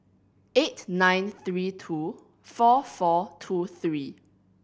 eight nine three two four four two three